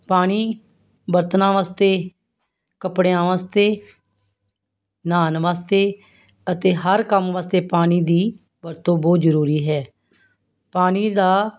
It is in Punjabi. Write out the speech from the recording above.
ਪਾਣੀ ਬਰਤਨਾਂ ਵਾਸਤੇ ਕੱਪੜਿਆਂ ਵਾਸਤੇ ਨਹਾਉਣ ਵਾਸਤੇ ਅਤੇ ਹਰ ਕੰਮ ਵਾਸਤੇ ਪਾਣੀ ਦੀ ਵਰਤੋਂ ਬਹੁਤ ਜ਼ਰੂਰੀ ਹੈ ਪਾਣੀ ਦਾ